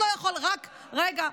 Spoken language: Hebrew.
רגע.